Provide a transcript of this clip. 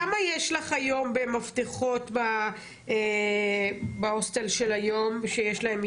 כמה יש לך היום במפתחות בהוסטל שיש להם איזוק?